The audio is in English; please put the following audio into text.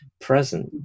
present